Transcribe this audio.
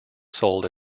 sold